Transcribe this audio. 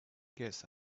guess